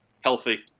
healthy